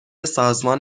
سازمان